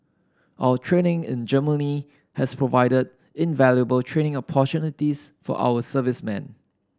our training in Germany has provided invaluable training opportunities for our servicemen